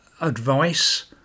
advice